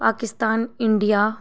Pakistan India